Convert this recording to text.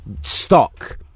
stock